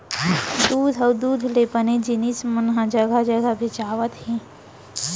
दूद अउ दूद ले बने जिनिस मन ह जघा जघा बेचावत हे